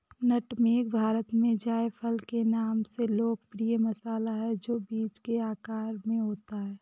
नट मेग भारत में जायफल के नाम से लोकप्रिय मसाला है, जो बीज के आकार में होता है